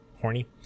Horny